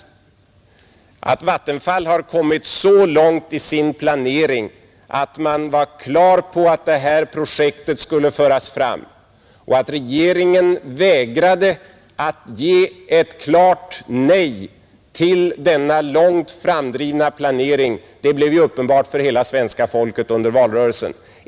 Att Vattenfall har kommit så långt i sin planering, att man varit på det klara med att detta projekt skulle föras fram men att regeringen vägrade att säga ett klart nej till denna långt framdrivna planering, blev ju uppenbart för hela svenska folket under valrörelsen.